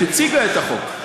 הציגה את החוק.